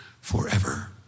Forever